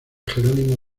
jerónimo